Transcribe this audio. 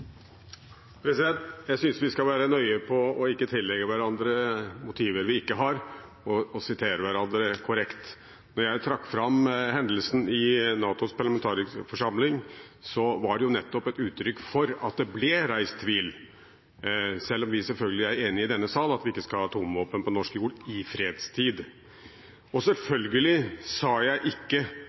Jeg synes vi skal være nøye på ikke å tillegge hverandre motiver vi ikke har, og på å sitere hverandre korrekt. Da jeg trakk fram hendelsen i NATOs parlamentarikerforsamling, var det jo nettopp et uttrykk for at det ble reist tvil, selv om vi i denne sal selvfølgelig er enige om at vi ikke skal ha atomvåpen på norsk jord i fredstid. Og selvfølgelig sa jeg ikke